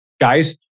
Guys